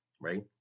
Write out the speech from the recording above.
right